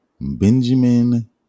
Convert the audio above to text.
Benjamin